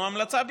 הוא המלצה בלבד.